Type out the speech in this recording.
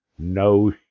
No